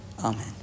Amen